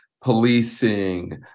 policing